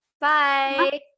Bye